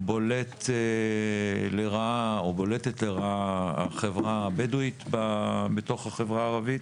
בולטת לרעה החברה הבדואית בתוך החברה הערבית.